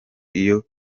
iyo